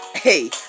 Hey